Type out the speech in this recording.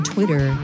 Twitter